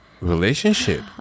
relationship